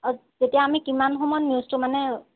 অ' তেতিয়া আমি কিমান সময়ত নিউজটো মানে